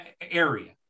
area